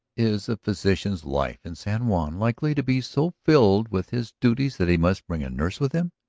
is a physician's life in san juan likely to be so filled with his duties that he must bring a nurse with him?